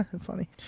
Funny